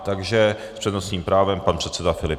Takže s přednostním právem pan předseda Filip.